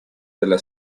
della